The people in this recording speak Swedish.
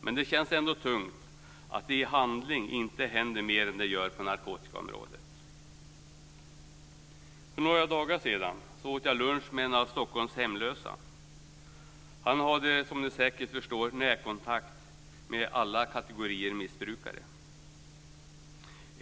Men det känns ändå tungt att det inte händer mer i handling på narkotikaområdet. För några dagar sedan åt jag lunch med en av Stockholms hemlösa. Han hade, som ni säkert förstår, närkontakt med alla kategorier missbrukare.